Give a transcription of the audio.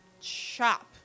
Chop